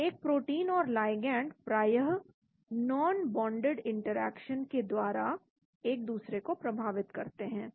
तो एक प्रोटीन और लाइगैंड प्रायः नॉनबोंडेड इंटरेक्शन के द्वारा एक दूसरे को प्रभावित करते हैं